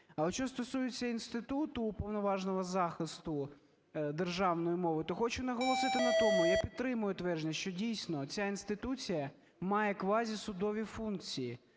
А от що стосується інституту Уповноваженого із захисту державної мови, то хочу наголосити на тому. Я підтримую твердження, що, дійсно, ця інституція має квазісудові функції.